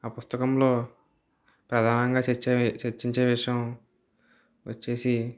ఆ పుస్తకంలో ప్రధానంగా చర్చే చర్చించే విషయం వచ్చేసి